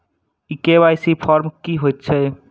ई KYC form की हएत छै?